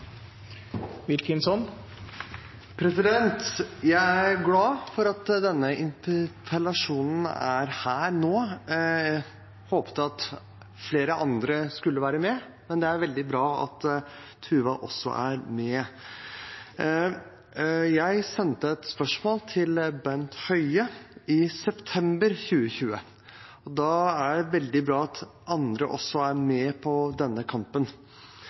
Jeg er glad for denne interpellasjonen her nå. Jeg håpet at flere andre skulle være med, men det er veldig bra at Tuva Moflag også deltar. Jeg sendte et spørsmål til Bent Høie i september 2020. Da er det veldig bra at andre også er med i denne kampen.